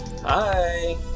hi